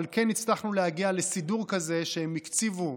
אבל כן הצלחנו להגיע לסידור כזה שהם הקציבו,